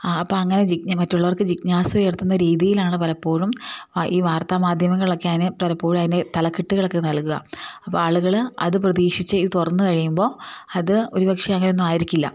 ആ അപ്പം അങ്ങനെ മറ്റുള്ളവർക്ക് ജിജ്ഞാസ ഉയർത്തുന്ന രീതിയിലാണ് പലപ്പോഴും ഈ വാർത്താ മാധ്യമങ്ങളൊക്കെ അതിന് പലപ്പോഴും അതിനെ തല കെട്ടുകളൊക്കെ നൽകുക അപ്പം ആളുകൾ അത് പ്രതീക്ഷിച്ചു ഇത് തുറന്നു കഴിയുമ്പോൾ അത് ഒരുപക്ഷേ അങ്ങനെയൊന്നും ആയിരിക്കില്ല